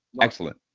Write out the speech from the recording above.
Excellent